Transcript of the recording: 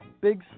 Big